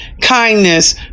kindness